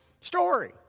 story